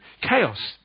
chaos